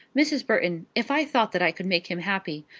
mrs. burton, if i thought that i could make him happy,